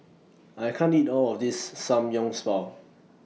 I can't eat All of This Samgyeopsal